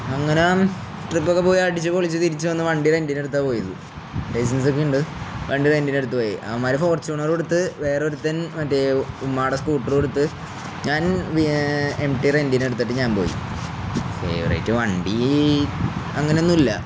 അങ്ങനെ ട്രിപ്പൊക്കെ പോയി അടിിച്ച പൊളിച്ച് തിരിച്ച് വന്ന് വണ്ടി റെൻറിന് എടുത്താ പോയത് ലൈസൻസൊക്കെ ഇണ്ട് വണ്ടി റെൻറിന് എടുത്ത് പോയി ആ്മാര് ഫോർച്ൂണർ എടുത്ത് വേറൊരുത്തൻ മറ്റേ ഉ്മാടെ സ്കൂട്ടർ എടുത്ത് ഞാൻ എംടിി റെൻറിന് എടുത്തിട്ട് ഞാൻ പോയി ഫേവറേറ്റ് വണ്ടി അങ്ങനൊന്നുല്ല